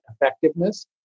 effectiveness